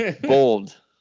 bold